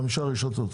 חמש רשתות,